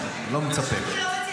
אני לא מצפה.